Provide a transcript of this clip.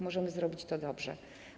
Możemy zrobić to dobrze.